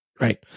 Right